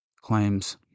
claims